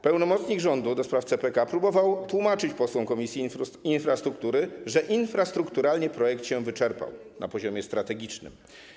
Pełnomocnik rządu do spraw CPK próbował tłumaczyć posłom Komisji Infrastruktury, że infrastrukturalnie projekt się wyczerpał na poziomie strategicznym.